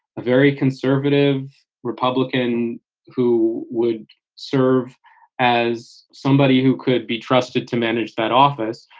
a very conservative republican who would serve as somebody who could be trusted to manage that office.